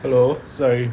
hello sorry